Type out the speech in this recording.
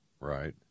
Right